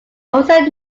also